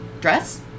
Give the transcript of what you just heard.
dress